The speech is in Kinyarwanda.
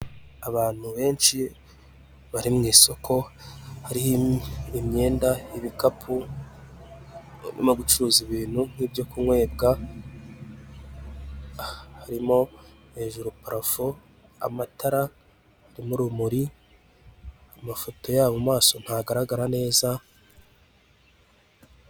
Abantu benshi bicaye mu biro imbere yabo hari mudasobwa, zicanye zirimo guturukamo urumuri rusa umweru, bambaye imipira yu'umweru, bari kumeza zisa umuhondo, kandi bose bari kureba mu cyerekezo kimwe.